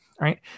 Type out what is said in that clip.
right